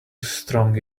strong